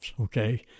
okay